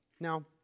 Now